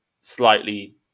slightly